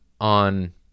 on